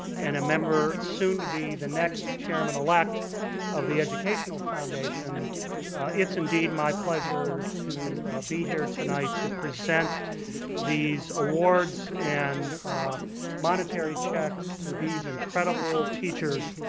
and a member soon to be the next chairman elect of educational foundation it's indeed my pleasure to be here tonight, to present these awards and monetary checks to these incredible teachers,